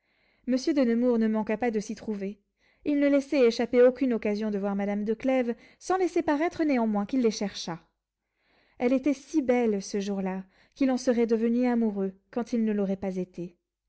monsieur de nemours ne manqua pas de s'y trouver il ne laissait échapper aucune occasion de voir madame de clèves sans laisser paraître néanmoins qu'il les cherchât elle était si belle ce jour-là qu'il en serait devenu amoureux quand il ne l'aurait pas été